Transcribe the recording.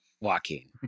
Joaquin